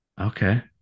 okay